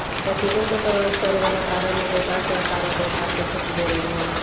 capital के प्रभावित करे वाला कारण में व्यापार के आकार आ व्यापार के क्षेत्र जरूरी हवे